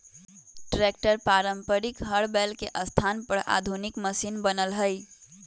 tractor पारम्परिक हर बैल के स्थान पर आधुनिक मशिन बनल हई